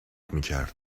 میکرد